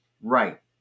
Right